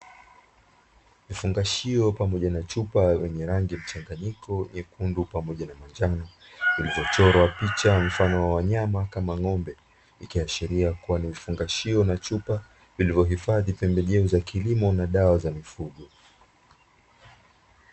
Vifungashio pamoja na chupa vyenye rangi mchanganyiko nyekundu pamoja na manjano, vilivyochorwa picha mfano wa wanyama kama ng’ombe. Ikiashiria kuwa ni vifungashio na chupa, vilivyohifadhi pembejeo za kilimo na dawa za mifugo.